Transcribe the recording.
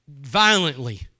violently